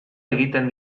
egiten